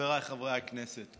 חבריי חברי הכנסת,